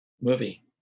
movie